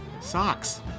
Socks